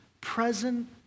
present